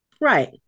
right